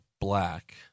Black